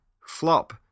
Flop